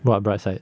what bright side